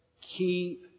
keep